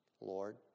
Lord